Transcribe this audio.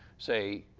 say,